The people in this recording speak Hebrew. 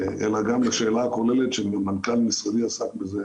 אלא גם לשאלה הכוללת שגם מנכ"ל משרדי עסק בזה,